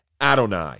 Adonai